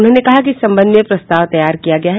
उन्होंने कहा कि इस संबंध में प्रस्ताव तैयार किया गया है